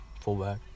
fullback